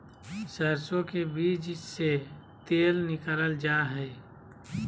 सरसो के बीज से तेल निकालल जा हई